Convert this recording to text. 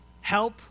help